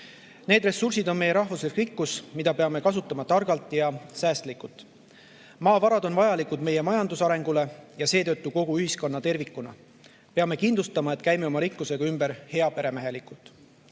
Need ressursid on meie rahvuslik rikkus, mida peame kasutama targalt ja säästlikult. Maavarad on vajalikud meie majanduse arengule ja seetõttu kogu ühiskonnale tervikuna. Peame kindlustama, et käime oma rikkusega ümber heaperemehelikult.